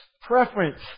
Preference